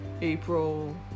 April